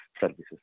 services